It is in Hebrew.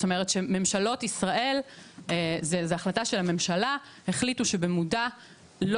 זאת אומרת שזו החלטה של הממשלה במודע החליטו